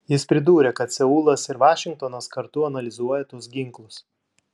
jis pridūrė kad seulas ir vašingtonas kartu analizuoja tuos ginklus